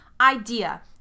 idea